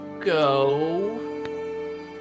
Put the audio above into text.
go